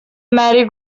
merry